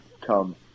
come